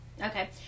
okay